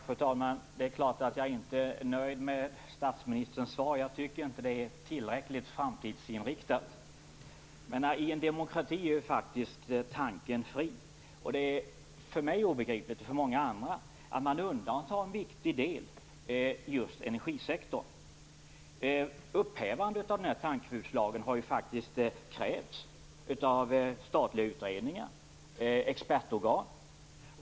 Fru talman! Det är klart att jag inte är nöjd med statsministerns svar. Jag tycker inte att det är tillräckligt framtidsinriktat. I en demokrati är faktiskt tanken fri. Det är för mig och för många andra obegripligt att man undantar en viktig del, just energisektorn. Upphävande av den här tankeförbudslagen har faktiskt krävts av statliga utredningar och expertorgan.